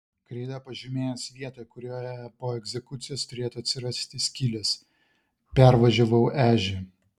kreida pažymėjęs vietą kurioje po egzekucijos turėtų atsirasti skylės pervažiavau ežį